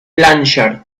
blanchard